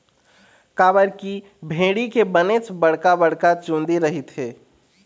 काबर की भेड़ी के बनेच बड़का बड़का चुंदी रहिथे